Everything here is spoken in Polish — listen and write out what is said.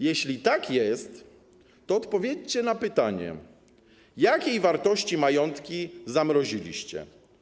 Jeśli tak jest, to odpowiedzcie na pytanie, jakiej wartości majątki zamroziliście.